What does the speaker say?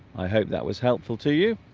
i hope that was helpful to you